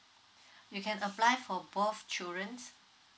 you can apply for both children